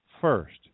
first